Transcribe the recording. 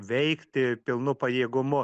veikti pilnu pajėgumu